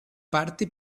parte